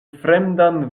fremdan